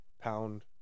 pound